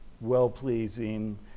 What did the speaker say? well-pleasing